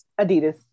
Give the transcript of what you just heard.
Adidas